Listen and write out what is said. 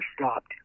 stopped